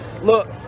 Look